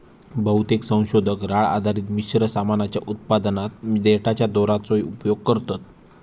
बहुतेक संशोधक राळ आधारित मिश्र सामानाच्या उत्पादनात देठाच्या दोराचो उपयोग करतत